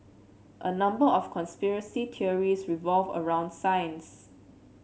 a number of conspiracy theories revolve around science